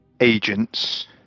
agents